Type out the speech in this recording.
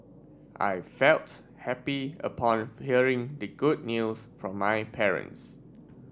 I felt happy upon hearing the good news from my parents